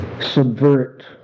subvert